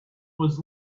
was